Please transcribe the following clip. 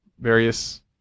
various